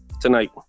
tonight